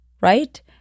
right